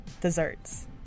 desserts